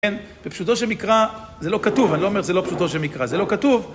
בפשוטו של מקרא זה לא כתוב, אני לא אומר שזה לא פשוטו של מקרא, זה לא כתוב